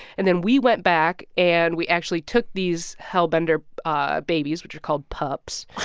and then we went back, and we actually took these hellbender ah babies, which are called pups,